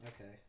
Okay